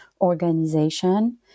organization